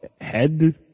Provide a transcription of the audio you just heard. head